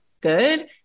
good